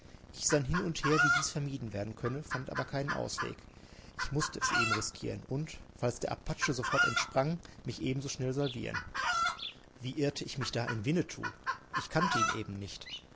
ich sann hin und her wie dies vermieden werden könne fand aber keinen ausweg ich mußte es eben riskieren und falls der apache sofort entsprang mich ebenso schnell salvieren wie irrte ich mich da in winnetou ich kannte ihn eben nicht